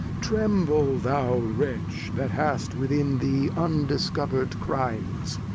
tremble thou wretch, that hast within thee undiscover'd crimes!